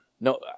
no